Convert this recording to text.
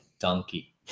donkey